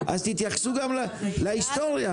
אז תתייחסו גם להיסטוריה.